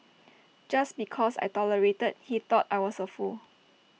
just because I tolerated he thought I was A fool